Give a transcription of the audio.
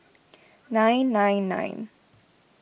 nine nine nine